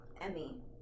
Emmy